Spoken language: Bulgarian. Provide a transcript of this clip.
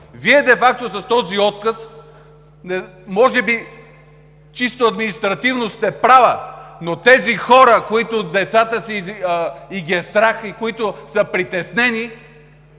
Вие де факто с този отказ може би чисто административно сте права, но тези хора, които ги е страх и които са притеснени